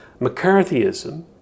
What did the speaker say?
McCarthyism